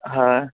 हय